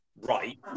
right